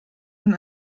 man